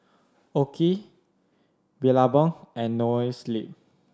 OKI Billabong and Noa Sleep